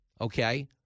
Okay